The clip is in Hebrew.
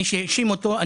מי שהאשים אותו,